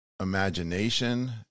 imagination